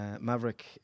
Maverick